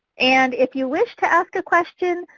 and if you wish to ask a question,